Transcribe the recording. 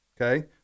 Okay